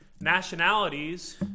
nationalities